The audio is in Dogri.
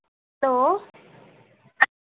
लो